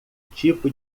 tipo